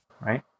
right